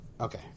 Okay